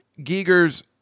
Giger's